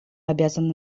обязаны